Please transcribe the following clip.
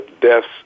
deaths